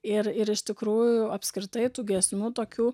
ir ir iš tikrųjų apskritai tų giesmių tokių